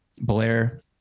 Blair